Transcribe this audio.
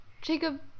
Jacob